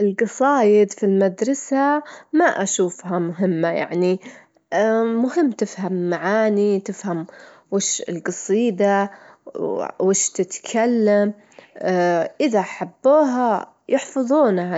اللون البرتقالي عندي مرتبط بالحيوية والطاقة، وإنه مرتبط بغروب الشمس، وهو لون دايمًا يعكس الفرح والنشاط وأي شي إيجابي أو توليد طاقة من ها